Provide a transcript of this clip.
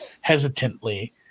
hesitantly